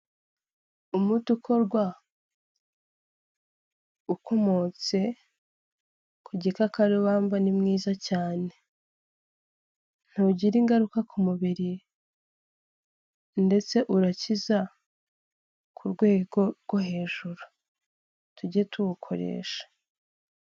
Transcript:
Umuti ukorwa ukomotse ku gikakarubamba ni mwiza cyane, ntugira ingaruka ku mubiri ndetse urakiza ku rwego rwo hejuru tujye tuwukoresha.